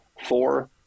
four